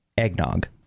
eggnog